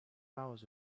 hours